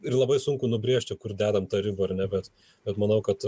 ir labai sunku nubrėžti kur dedam tą ribą ar ne bet bet manau kad